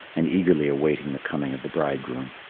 and eagerly awaiting the coming of the bridegroom.